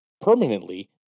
Permanently